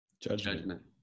Judgment